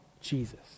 Jesus